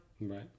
right